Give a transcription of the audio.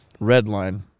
Redline